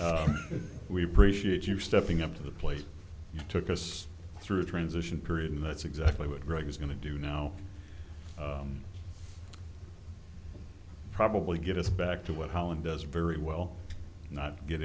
you we appreciate you stepping up to the plate took us through a transition period and that's exactly what greg's going to do now probably get us back to what holland does very well not get